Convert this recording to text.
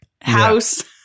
house